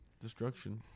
destruction